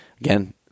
again